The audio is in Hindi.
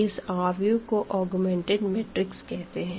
इस मैट्रिक्स को ऑगमेंटेड मैट्रिक्स कहते है